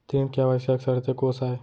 ऋण के आवश्यक शर्तें कोस आय?